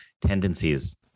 tendencies